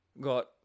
got